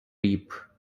reap